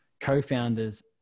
co-founders